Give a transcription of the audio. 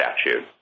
Statute